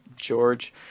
George